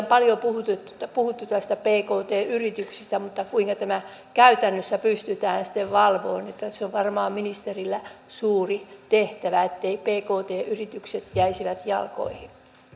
paljon puhuttu näistä pkt yrityksistä mutta kuinka tämä käytännössä pystytään sitten valvomaan se on varmaan ministerillä suuri tehtävä etteivät pkt yritykset jäisi jalkoihin